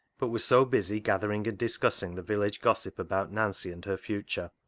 but was so busy gathering and dis cussing the village gossip about nancy and her future,